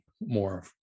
more